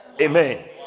Amen